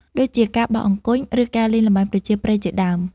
ដូចជាការបោះអង្គញ់ ឬការលេងល្បែងប្រជាប្រិយជាដើម។